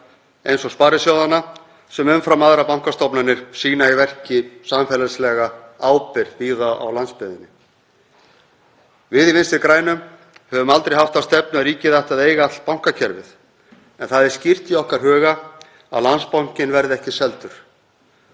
eins og sparisjóðanna sem umfram aðrar bankastofnanir sýna í verki samfélagslega ábyrgð víða á landsbyggðinni. Við í Vinstri grænum höfum aldrei haft þá stefnu að ríkið ætti að eiga allt bankakerfið, en það er skýrt í okkar huga að Landsbankinn verði ekki seldur.